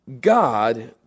God